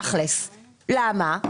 למה?